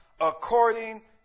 according